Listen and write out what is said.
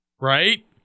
right